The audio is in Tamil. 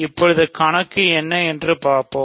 இப்போது கணக்கு எண் என்ன என்று பார்ப்போம்